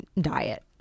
diet